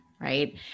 right